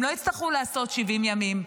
הם לא יצטרכו לעשות 70 ימים,